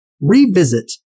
Revisit